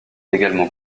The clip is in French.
également